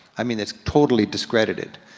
i mean, it's totally discredited.